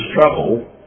trouble